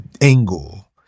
angle